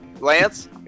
Lance